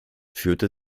führte